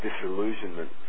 disillusionment